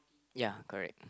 ya correct